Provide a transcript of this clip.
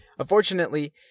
Unfortunately